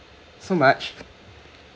so much